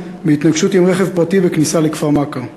בהתנגשות עם רכב פרטי בכניסה לכפר מכר,